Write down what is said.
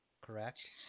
correct